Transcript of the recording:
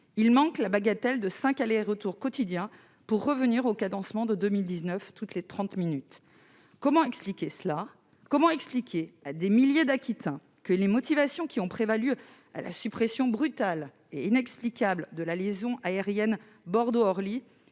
Il manque la bagatelle de cinq allers-retours quotidiens pour revenir au cadencement de 2019 toutes les trente minutes. Comment expliquer cela ? Comment expliquer à des milliers d'Aquitains que la suppression brutale et incompréhensible de la liaison aérienne Bordeaux-Orly